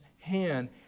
hand